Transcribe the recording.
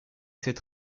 cette